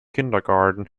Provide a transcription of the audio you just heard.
kindergarten